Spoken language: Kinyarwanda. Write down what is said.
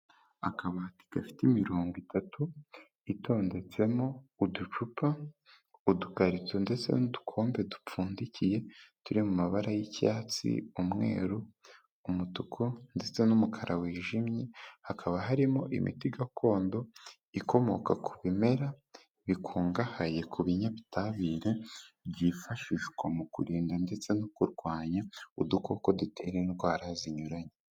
Akabati gafite imirongo itatu itondetsemo uducupa, udukarito ndetse n'udukombe dupfundikiye, turi mu mabara y'icyatsi, umweru, umutuku ndetse n'umukara wijimye, hakaba harimo imiti gakondo ikomoka ku bimera, bikungahaye ku binyabutabire, byifashishwa mu kurinda ndetse no kurwanya udukoko dutera indwara zinyuranye.